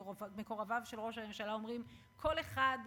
מקורביו של ראש הממשלה אומרים: כל אחד,